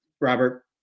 robert